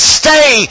stay